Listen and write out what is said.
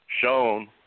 shown